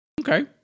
Okay